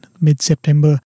mid-September